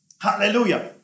Hallelujah